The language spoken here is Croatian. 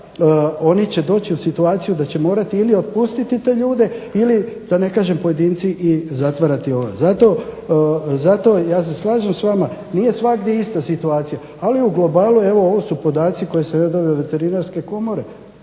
oni će doći u situaciju da će morati ili otpustiti te ljude ili da ne kažem pojedinci i zatvarati ove. Zato ja se slažem s vama nije svagdje ista situacija, ali u globalu evo ovo su podaci koje sam ja dobio od Veterinarske komore.